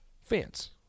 Fans